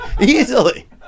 easily